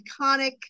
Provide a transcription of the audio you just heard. iconic